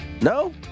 No